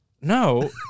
No